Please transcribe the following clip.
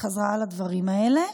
וחזרה על הדברים האלה.